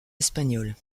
espagnol